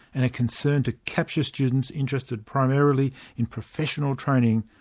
and a concern to capture students interested primarily in professional training,